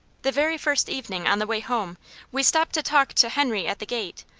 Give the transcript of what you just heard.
the very first evening on the way home we stopped to talk to henry at the gate,